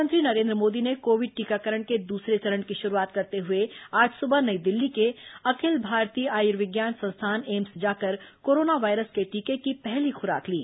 प्रधानमंत्री नरेन्द्र मोदी ने कोविड टीकाकरण के दूसरे चरण की शुरूआत करते हुए आज सुबह नई दिल्ली के अखिल भारतीय आयुर्विज्ञान संस्थान एम्स जाकर कोरोना वायरस के टीके की पहली खुराक ली